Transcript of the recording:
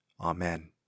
Amen